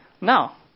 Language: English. Now